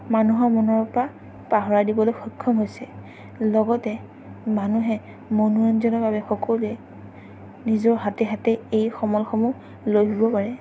মানুহৰ মনৰ পৰা পাহৰাই দিবলৈ সক্ষম হৈছে লগতে মানুহে মনোৰঞ্জনৰ বাবে সকলোৱে নিজৰ হাতে হাতে এই সমলসমূহ লৈ ফুৰিব পাৰে